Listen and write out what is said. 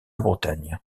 bretagne